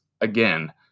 again